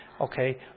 Okay